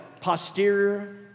posterior